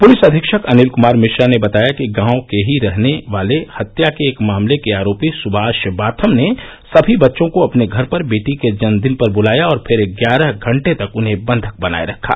police अधीक्षक अनिल कुमार मिश्रा ने बताया कि गांव के ही रहने वाले हत्या के एक मामले के आरोपी सुभाष बाथम ने सभी बच्चों को अपने घर पर बेटी के जन्मदिन पर बुलाया और फिर ग्यारह घंटे तक उन्हें बंधक बनाए रखा